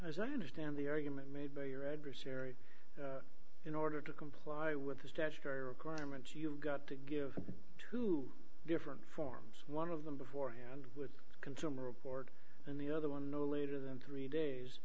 as i understand the argument made by your adversary in order to comply with the statutory requirements you've got to give two different forms one of them beforehand consumer reports and the other one no later than three days